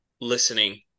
listening